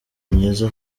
myiza